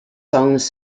songs